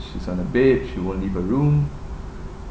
she's on her bed she won't leave her room